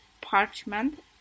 parchment